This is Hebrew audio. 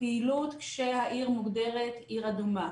לפעילות כשהעיר מוגדרת עיר אדומה.